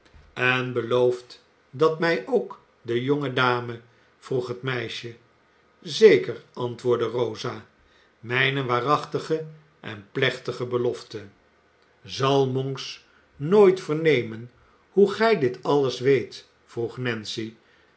en belooft dat mij ook de jonge dame vroeg het meisje zeker antwoordde rosa mijne waarachtige en plechtige belofte zal monks nooit vernemen hoe gij dit alles weet vroeg nancy